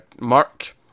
Mark